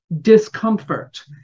discomfort